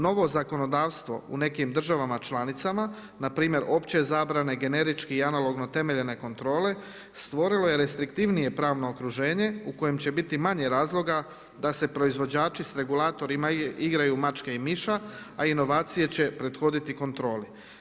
Novo zakonodavstvo u nekim državama članicama npr. opće zabrane, generički i analogno temeljene kontrole stvorilo je restriktivnije pravno okruženje u kojem će biti manje razloga da se proizvođači s regulatorima igraju mačke i miša, a inovacije će prethoditi kontroli.